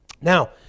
Now